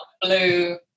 blue